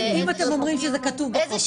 אם אתם אומרים שזה כתוב בחוק, בסדר.